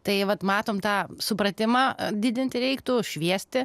tai vat matom tą supratimą didinti reiktų šviesti